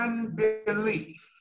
Unbelief